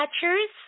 catchers